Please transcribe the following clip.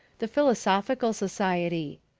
the philosophical society.